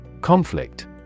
Conflict